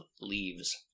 leaves